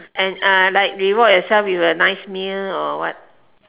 and uh like reward yourself with a nice meal or what